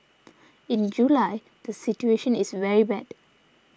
in July the situation is very bad